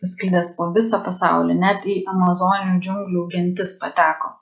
pasklidęs po visą pasaulį net į amazonių džiunglių gentis pateko